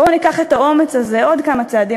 בואו ניקח את האומץ הזה עוד כמה צעדים